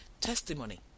testimony